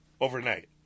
Overnight